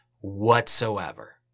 whatsoever